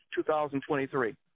2023